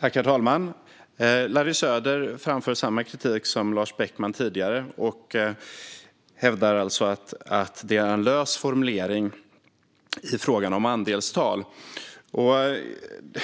Herr talman! Larry Söder framför samma kritik som Lars Beckman tidigare och hävdar att det är en lös formulering i frågan om andelstal.